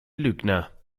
lügner